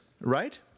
right